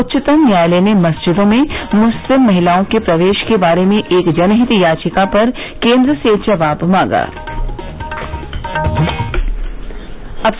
उच्चतम न्यायालय ने मस्जिदों में मुस्लिम महिलाओं के प्रवेश के बारे में एक जनहित याचिका पर केन्द्र से मांगा जवाब